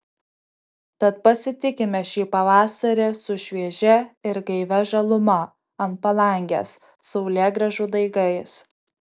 tad pasitikime šį pavasarį su šviežia ir gaivia žaluma ant palangės saulėgrąžų daigais